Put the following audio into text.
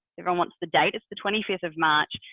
everyone wants the date is the twenty fifth of march.